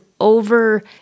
over